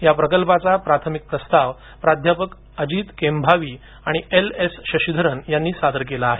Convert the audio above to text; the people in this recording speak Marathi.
या प्रकल्पाचा प्राथमिक प्रस्ताव प्राध्यापक अजित केंभावी आणि एल एस शशिधर यांनी सादर केला आहे